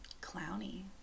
clowny